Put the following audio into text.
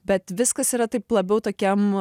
bet viskas yra taip labiau tokiam